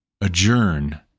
adjourn